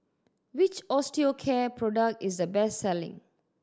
which Osteocare product is the best selling